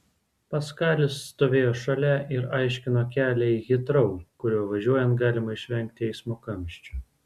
paskalis stovėjo šalia ir aiškino kelią į hitrou kuriuo važiuojant galima išvengti eismo kamščių